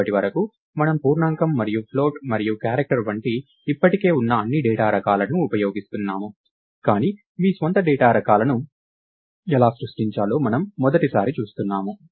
ఇప్పటి వరకు మనము పూర్ణాంకం మరియు ఫ్లోట్ మరియు క్యారెక్టర్ వంటి ఇప్పటికే ఉన్న అన్ని డేటా రకాలను ఉపయోగిస్తున్నాము కానీ మీ స్వంత డేటా రకాలను ఎలా సృష్టించాలో మనము మొదటిసారి చూస్తున్నాము